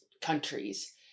countries